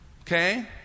Okay